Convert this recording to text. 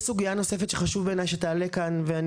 יש סוגיה נוספת שחשוב מאוד בעיני שתעלה כאן ואני